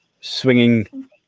swinging